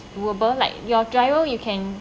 uber like your travel you can